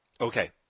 Okay